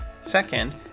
Second